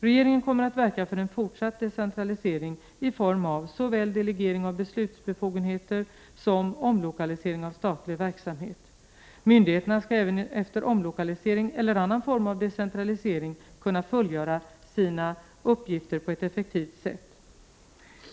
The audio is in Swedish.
Regeringen kommer att verka för en fortsatt decentralisering i form av såväl delegering av beslutsbefogenheter som omlokalisering av statlig verksamhet. Myndigheterna skall även efter omlokalisering eller annan form av decentralisering kunna fullgöra sina uppgifter på ett effektivt sätt.